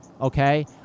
okay